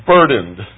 Burdened